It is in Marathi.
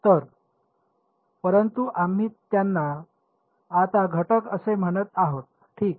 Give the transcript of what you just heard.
तर परंतु आम्ही त्यांना आता घटक असे म्हणत आहोत ठीक